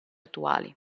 attuali